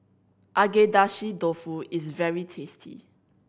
Agedashi Dofu is very tasty